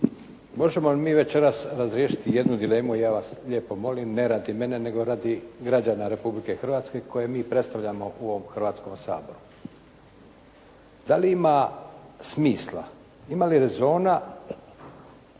Možemo li mi večeras razriješiti jednu dilemu, ja vas lijepo molim, ne radi mene nego radi građana Republike Hrvatske koje mi predstavljamo u ovom Hrvatskom saboru. Da li ima smisla, ima li rezona